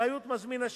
אחריות מזמין שירות,